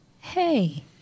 Hey